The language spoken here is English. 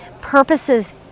purposes